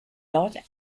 not